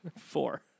Four